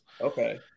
Okay